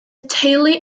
teulu